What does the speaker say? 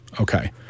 Okay